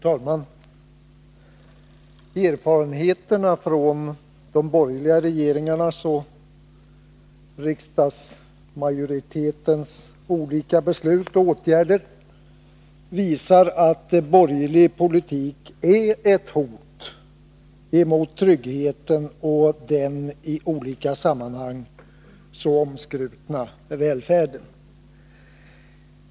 Fru talman! Erfarenheterna från de borgerliga regeringarnas och riksdagsmajoritetens olika beslut och åtgärder visar att borgerlig politik är ett hot mot tryggheten och den i olika sammanhang så omskrutna välfärden.